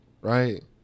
right